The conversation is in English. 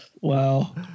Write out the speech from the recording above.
Wow